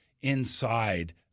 inside